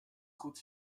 goed